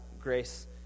grace